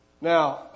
Now